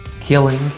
killing